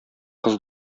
кыз